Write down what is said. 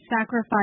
sacrifice